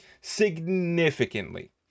Significantly